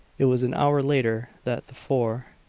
it was an hour later that the four,